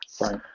Right